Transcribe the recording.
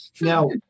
now